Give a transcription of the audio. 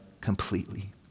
completely